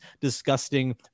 disgusting